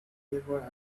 never